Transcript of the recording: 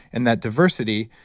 and that diversity,